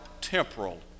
temporal